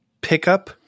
pickup